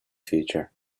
future